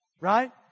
right